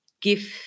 give